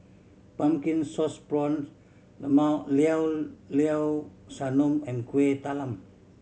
Pumpkin Sauce Prawns Llao Llao Sanum and Kueh Talam